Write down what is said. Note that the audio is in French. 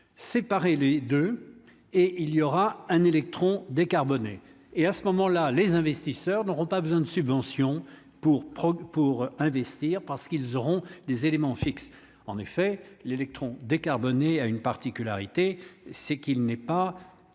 séparer les deux et il y aura un électron décarbonnées et à ce moment-là, les investisseurs n'auront pas besoin de subventions pour pour investir, parce qu'ils auront des éléments fixes en effet l'électron décarbonés a une particularité, c'est qu'il n'est pas